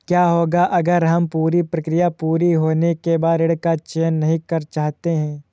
क्या होगा अगर हम पूरी प्रक्रिया पूरी होने के बाद ऋण का चयन नहीं करना चाहते हैं?